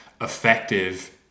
effective